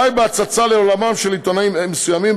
די בהצצה לעולמם של עיתונאים מסוימים